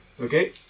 Okay